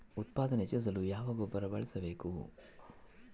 ಉತ್ಪಾದನೆ ಹೆಚ್ಚಿಸಲು ಯಾವ ಗೊಬ್ಬರ ಬಳಸಬೇಕು?